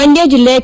ಮಂಡ್ಮ ಜಲ್ಲೆ ಕೆ